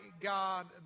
God